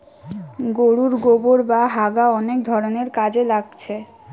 গোরুর গোবোর বা হাগা অনেক ধরণের কাজে লাগছে